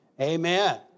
Amen